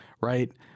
Right